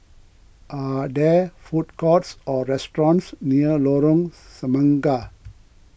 are there food courts or restaurants near Lorong Semangka